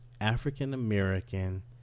African-American